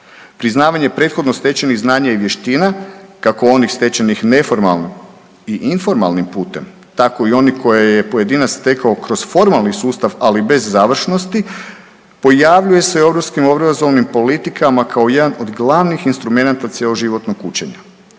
Priznavanje prethodno stečenih znanja i vještina kako onih stečenih neformalno i informalnim putem, tako i oni koje je pojedinac stekao kroz formalni sustav ali bez završnosti, pojavljuje se u europskim obrazovnim politikama kao jedan od glavnih instrumenata cjeloživotnog učenja.